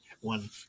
one